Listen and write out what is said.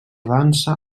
dansa